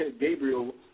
Gabriel